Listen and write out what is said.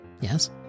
yes